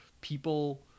people